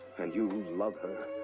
and you love her.